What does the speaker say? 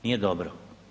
Nije dobro.